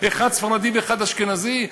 אחד ספרדי ואחד אשכנזי?